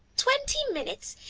twenty minutes!